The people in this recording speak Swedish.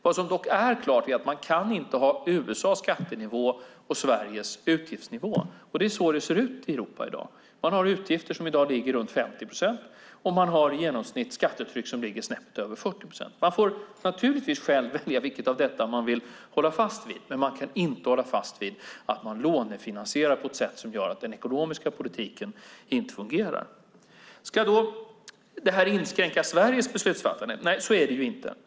Vad som dock är klart är att man inte kan ha USA:s skattenivå och Sveriges utgiftsnivå. Så ser det ut i Europa i dag. Man har utgifter som ligger runt 50 procent, och man har skattetryck som i genomsnitt ligger snäppet över 40 procent. Man får naturligtvis själv välja vilket man vill hålla fast vid, men man kan inte hålla fast vid att man lånefinansierar på ett sätt som gör att den ekonomiska politiken inte fungerar. Ska det inskränka Sveriges beslutsfattande? Nej, så är det inte.